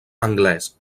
anglès